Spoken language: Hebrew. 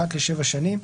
אחת לשבע שנים,